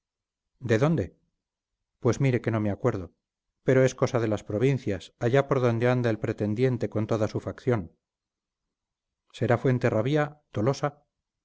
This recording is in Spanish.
de dónde pues mire que no me acuerdo pero es cosa de las provincias allá por donde anda el pretendiente con toda su facción será fuenterrabía tolosa